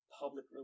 public